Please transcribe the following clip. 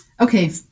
Okay